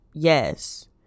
yes